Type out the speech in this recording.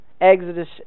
Exodus